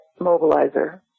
mobilizer